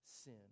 sin